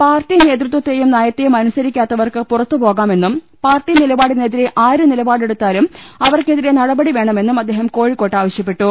party നേതൃത്വത്തെയും നയത്തെയും അനുസരിക്കാത്തവർക്ക് പുറത്തുപോകാമെന്നും പാർട്ടി നിലപാടിനെതിരെ ആരു നിലപാടെ ടുത്താലും അവർക്കെതിരെ നടപ്ടി വേണമെന്നും അദ്ദേഹം കോഴി ക്കോട്ട് ആവശൃപ്പെട്ടു